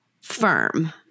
firm